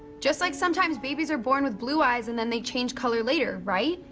just like sometimes babies are born with blue eyes, and then they change color later, right?